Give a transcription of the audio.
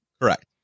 Correct